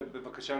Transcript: בבקשה,